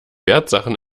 wertsachen